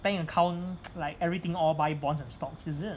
bank account like everything all buy bonds and stocks is it